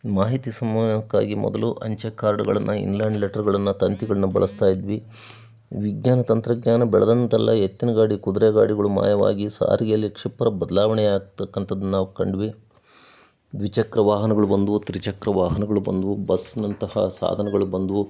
ಮಾಹಿತಿ ಸಂವಹನಕ್ಕಾಗಿ ಮೊದಲು ಅಂಚೆ ಕಾರ್ಡುಗಳನ್ನು ಇಂಗ್ಲ್ಯಾಂಡ್ ಲೆಟರ್ಗಳನ್ನು ತಂತಿಗಳನ್ನು ಬಳಸ್ತಾ ಇದ್ವಿ ವಿಜ್ಞಾನ ತಂತ್ರಜ್ಞಾನ ಬೆಳೆದಂತೆಲ್ಲ ಎತ್ತಿನ ಗಾಡಿ ಕುದುರೆ ಗಾಡಿಗಳು ಮಾಯವಾಗಿ ಸಾರಿಗೆಯಲ್ಲಿ ಕ್ಷಿಪ್ರ ಬದ್ಲಾವಣೆಯಾಗ್ತಕ್ಕಂಥದ್ದು ನಾವು ಕಂಡ್ವಿ ದ್ವಿಚಕ್ರ ವಾಹನಗಳು ಬಂದವು ತ್ರಿಚಕ್ರ ವಾಹನಗಳು ಬಂದವು ಬಸ್ನಂತಹ ಸಾಧನಗಳು ಬಂದವು